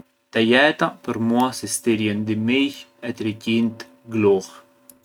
Te jeta për mua sistirjën dy mijë e tri qint gluhë